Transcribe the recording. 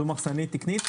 זאת מחסנית תקנית?